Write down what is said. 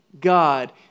God